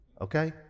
okay